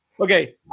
Okay